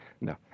No